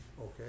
okay